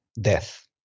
death